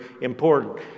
important